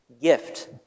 gift